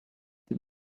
that